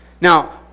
Now